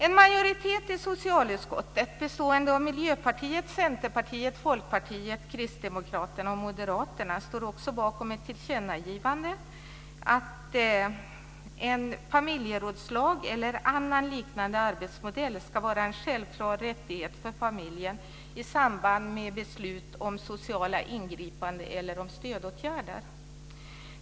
En majoritet i socialutskottet bestående av Miljöpartiet, Centerpartiet, Folkpartiet, Kristdemokraterna och Moderaterna står också bakom ett tillkännagivande att familjerådslag eller annan liknade arbetsmodell ska vara en självklar rättighet för familjen i samband med beslut om sociala ingripanden eller om stödåtgärder.